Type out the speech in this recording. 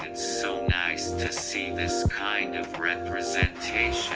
and so nice, to see this kind of representation